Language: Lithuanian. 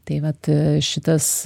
tai vat šitas